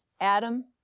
Adam